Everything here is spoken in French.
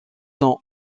son